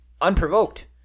unprovoked